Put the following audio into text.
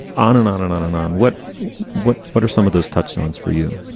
on and on and on and on. what what what are some of those touchstones for you?